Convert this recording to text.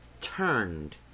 turned